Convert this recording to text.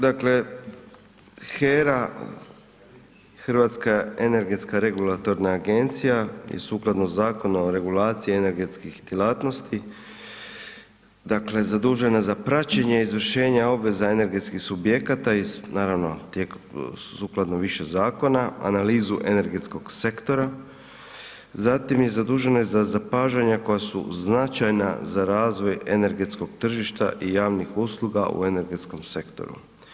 Dakle, HERA, Hrvatska energetska regulatorna agencija je sukladno Zakonu o regulaciji energetskih djelatnosti zadužena je za praćenje, izvršenje obveza energetskih subjekata i sukladno više zakona analizu energetskog sektora, zatim je zadužena za zapažanja koja su značajna za razvoj energetskog tržišta i javnih usluga u energetskom sektoru.